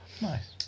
Nice